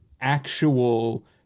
actual